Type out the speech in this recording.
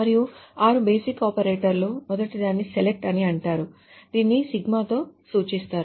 మరియు 6 బేసిక్ ఆపరేటర్లు మొదటిదాన్ని సెలక్ట్ అని అంటారు దీనిని సిగ్మా తో సూచిస్తారు